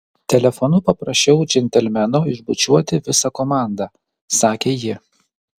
telefonu paprašiau džentelmeno išbučiuoti visą komandą sakė ji